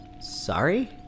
Sorry